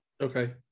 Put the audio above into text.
Okay